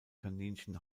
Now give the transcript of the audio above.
kaninchen